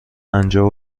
پنجاه